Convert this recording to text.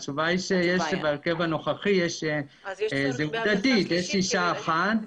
התשובה היא שבהרכב הנוכחי יש אישה אחת